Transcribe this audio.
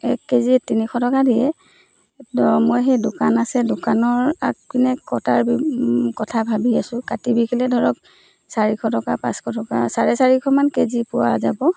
এক কেজি তিনিশ টকা দিয়ে তো মই সেই দোকান আছে দোকানৰ আগপিনে কটাৰ কথা ভাবি আছো কাটি বিকিলে ধৰক চাৰিশ টকা পাঁচশ টকা চাৰে চাৰিশমান কেজি পোৱা যাব